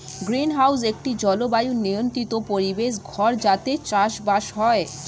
greenhouse একটি জলবায়ু নিয়ন্ত্রিত পরিবেশ ঘর যাতে চাষবাস হয়